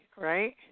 right